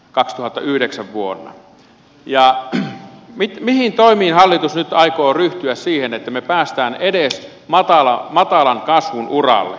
kaksituhattayhdeksän vuolla ja ben wicky mihin toimiin hallitus nyt aikoo ryhtyä siinä että me pääsemme edes matalan kasvun uralle